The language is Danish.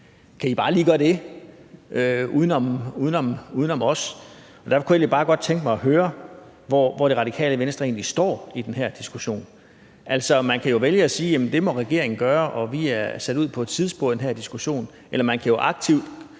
Kan de bare lige gøre det uden om os? Derfor kunne jeg bare godt tænke mig at høre, hvor Det Radikale Venstre egentlig står i den her diskussion. Man kan jo vælge at sige, at det må regeringen gøre, og at man i den her diskussion er sat ud på et